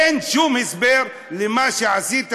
אין שום הסבר למה שעשית,